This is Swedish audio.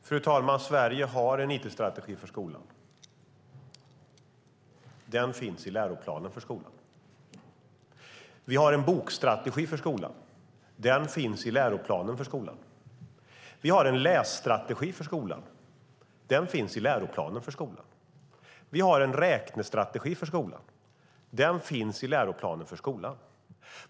Fru talman! Sverige har en it-strategi för skolan. Den finns i läroplanen för skolan. Vi har en bokstrategi för skolan. Den finns i läroplanen för skolan. Vi har en lässtrategi för skolan. Den finns i läroplanen för skolan. Vi har en räknestrategi för skolan. Den finns i läroplanen för skolan.